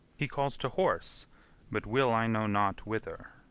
he calls to horse but will i know not whither.